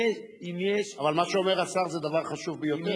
אם יש, אבל מה שאומר השר זה דבר חשוב ביותר.